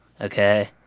Okay